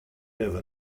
never